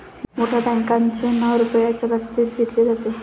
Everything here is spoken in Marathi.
मोठ्या बँकांचे नाव रुपयाच्या बाबतीत घेतले जाते